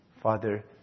Father